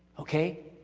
okay?